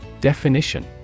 Definition